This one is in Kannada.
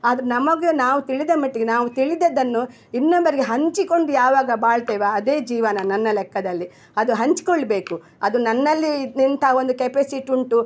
ಆದ್ರೆ ನಮಗೆ ನಾವು ತಿಳಿದ ಮಟ್ಟಿಗೆ ನಾವು ತಿಳಿದದ್ದನ್ನು ಇನ್ನೊಬ್ಬರಿಗೆ ಹಂಚಿಕೊಂಡು ಯಾವಾಗ ಬಾಳ್ತೇವೆ ಅದೇ ಜೀವನ ನನ್ನ ಲೆಕ್ಕದಲ್ಲಿ ಅದು ಹಂಚ್ಕೊಳ್ಬೇಕು ಅದು ನನ್ನಲ್ಲಿ ಇಂಟ ಒಂದು ಕೆಪೆಸಿಟಿ ಉಂಟು